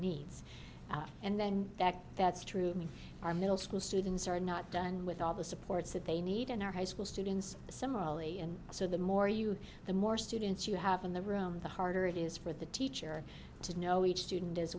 needs and then that that's true of me our middle school students are not done with all the supports that they need in our high school students the summer ali and so the more you the more students you have in the room the harder it is for the teacher to know each student as